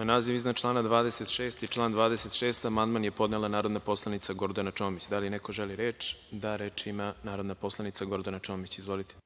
Na naziv iznad člana 26. i član 26. amandman je podnela narodna poslanica Gordana Čomić. Da li neko želi reč? (Da)Reč ima narodna poslanica Gordana Čomić. Izvolite.